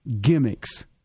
gimmicks